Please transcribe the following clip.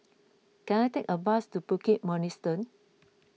can I take a bus to Bukit Mugliston